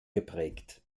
geprägt